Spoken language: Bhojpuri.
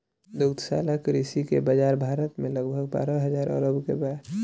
दुग्धशाला कृषि के बाजार भारत में लगभग बारह हजार अरब के बा